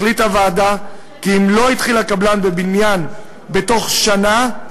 החליטה הוועדה כי אם לא התחיל הקבלן בבנייה בתוך שנה,